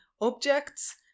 objects